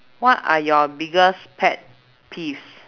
what are your biggest pet peeves